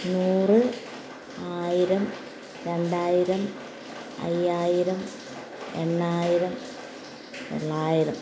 നൂറ് ആയിരം രണ്ടായിരം അയ്യായിരം എണ്ണായിരം തൊള്ളായിരം